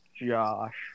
Josh